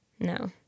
No